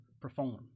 perform